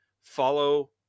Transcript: Follow